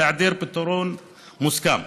בהיעדר פתרון מוסכם.